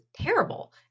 terrible